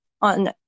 on